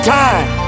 time